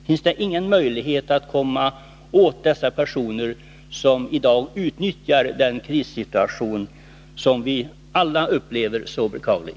Finns det ingen möjlighet att komma åt de personer som i dag utnyttjar den krissituation som vi alla upplever som så beklaglig?